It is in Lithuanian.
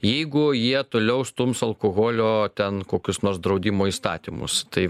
jeigu jie toliau stums alkoholio ten kokius nors draudimo įstatymus tai